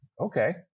okay